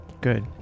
good